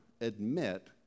admit